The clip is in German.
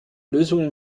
lösungen